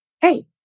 hey